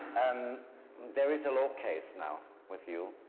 and there is a law case now with you.